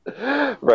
Right